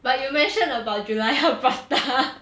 but you mentioned about Julaiha prata